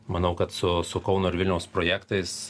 manau kad su su kauno ir vilniaus projektais